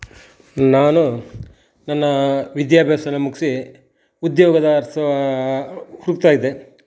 ನಾನು ನನ್ನ ವಿದ್ಯಾಭ್ಯಾಸ ಮುಗಿಸಿ ಉದ್ಯೋಗದ ಹುಡುಕ್ತಾ ಇದ್ದೆ